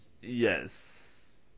Yes